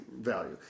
value